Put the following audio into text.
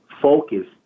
focus